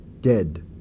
Dead